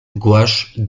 gouache